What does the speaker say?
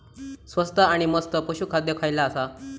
स्वस्त आणि मस्त पशू खाद्य खयला आसा?